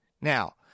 Now